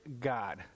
God